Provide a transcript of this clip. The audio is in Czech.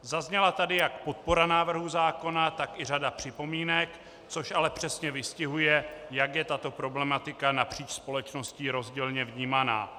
Zazněla tady jak podpora návrhu zákona, tak i řada připomínek, což ale přesně vystihuje, jak je tato problematika napříč společností rozdílně vnímána.